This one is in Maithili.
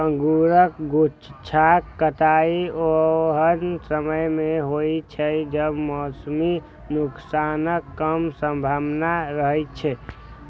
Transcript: अंगूरक गुच्छाक कटाइ ओहन समय मे होइ छै, जब मौसमी नुकसानक कम संभावना रहै छै